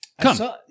Come